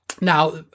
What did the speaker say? Now